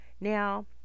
now